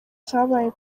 icyabaye